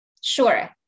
Sure